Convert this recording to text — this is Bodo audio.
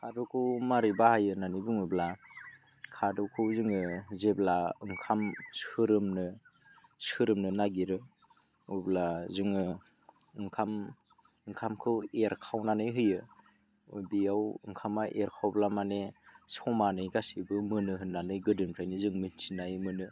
खादौखौ माबोरै बाहायो होनना बुंब्ला खादौखौ जोङो जेब्ला ओंखाम सोरोमनो नागिरो अब्ला जोङो ओंखामखौ एरखावनानै होयो बेयाव ओंखामा एरखावब्ला माने समानै गासैबो मोनो होननानै गोदोनिफ्रायनो जों मिथिनानै मोनो